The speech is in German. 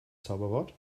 zauberwort